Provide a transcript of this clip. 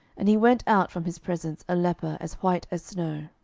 and he went out from his presence a leper as white as snow.